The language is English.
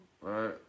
right